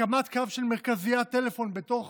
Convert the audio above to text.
הקמת קו של מרכזיית טלפון בתוך